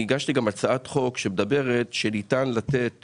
אני הגשתי גם הצעת חוק שמדברת שניתן לתת